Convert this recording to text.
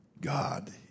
God